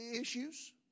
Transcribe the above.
issues